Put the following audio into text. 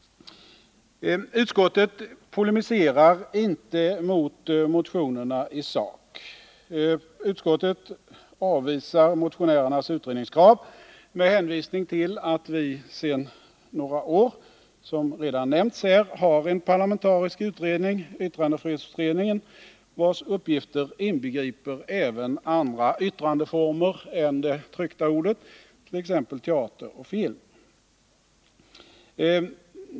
Utskottet polemiserar inte mot motionerna i sak. Utskottet avvisar motionärernas utredningskrav med hänvisning till att vi sedan några år, som redan nämnts här, har en parlamentarisk utredning — yttrandefrihetsutredningen — vars uppgifter inbegriper även andra yttrandeformer än det tryckta ordet, t.ex. teater och film.